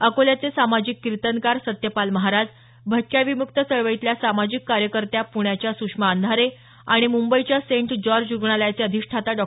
अकोल्याचे सामाजिक किर्तनकार सत्यपाल महाराज भटक्या विमुक्त चळवळीतल्या सामाजिक कार्यकर्त्या प्ण्याच्या सुषमा अंधारे आणि मुंबईच्या सेंट जॉर्ज रुग्णालयाचे अधिष्ठाता डॉ